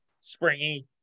springy